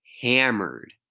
hammered